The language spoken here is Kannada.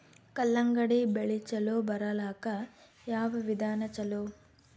ಕಲ್ಲಂಗಡಿ ಬೆಳಿ ಚಲೋ ಬರಲಾಕ ಯಾವ ವಿಧಾನ ಚಲೋ?